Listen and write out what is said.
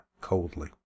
coldly